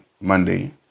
Monday